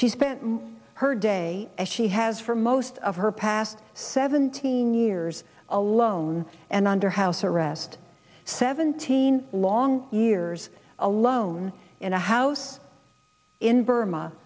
she spent her day as she has for most of her past seventeen years alone and under house arrest seventeen long years alone in a house in burma